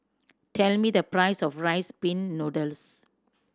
tell me the price of Rice Pin Noodles